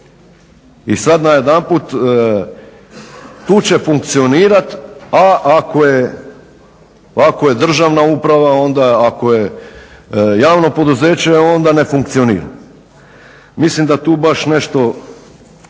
I sad najedanput tu će funkcionirati a ako je državna uprava onda je, ako je javno poduzeće onda ne funkcionira. Mislim da tu baš nešto